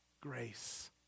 grace